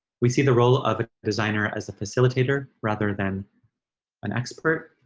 we see the role of a designer as a facilitator rather than an expert.